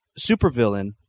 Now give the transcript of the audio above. supervillain